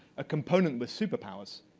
a component with super powers.